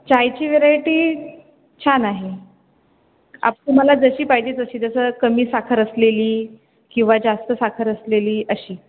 चायची variety छान आहे आप तुम्हाला जशी पाहिजे तशी जसं कमी साखर असलेली किंवा जास्त साखर असलेली अशी